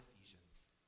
Ephesians